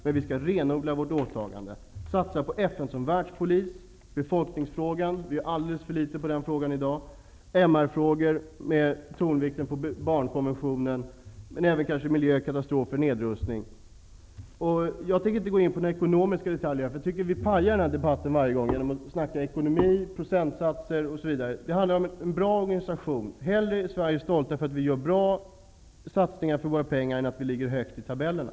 Men vi skall renodla våra åtaganden och satsa på: - befolkningsfrågan; det görs alldeles för litet i den frågan i dag, Fru talman! Jag tänker inte i detta läge gå in på några ekonomiska detaljer. Jag tycker att vi varje gång förstör debatten genom att diskutera ekonomi, procentsatser osv. Det handlar om att få en bra organisation. Jag vill hellre att vi i Sverige skall kunna vara stolta över att vi gör bra satsningar för våra pengar än att vi ligger högt i tabellerna.